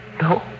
No